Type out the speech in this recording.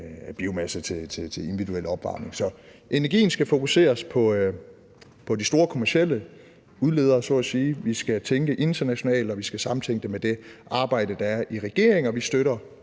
biomasse til individuel opvarmning. Så energien skal så at sige fokuseres på de store kommercielle udledere, vi skal tænke internationalt, og vi skal samtænke det med det arbejde, der er i regeringen. Vi støtter